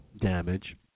damage